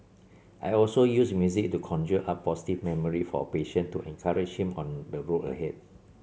I also use music to conjure up a positive memory for a patient to encourage him on the road ahead